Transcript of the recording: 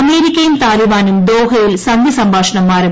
അമേരിക്കയും താലിബ്ാനും ദോഹയിൽ സന്ധി സംഭാഷണം ആരംഭിച്ചു